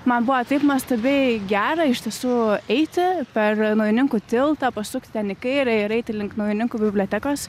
man buvo taip nuostabiai gera iš tiesų eiti per naujininkų tiltą pasukt ten į kairę ir eiti link naujininkų bibliotekos